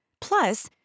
Plus